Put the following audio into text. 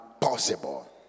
possible